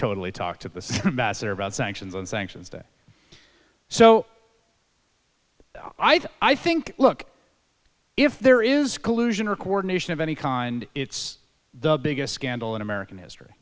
totally talk to the master about sanctions and sanctions day so i think look if there is collusion or coordination of any kind it's the biggest scandal in american history